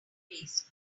waist